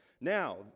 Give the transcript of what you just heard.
Now